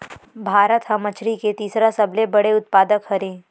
भारत हा मछरी के तीसरा सबले बड़े उत्पादक हरे